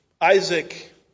Isaac